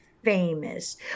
Famous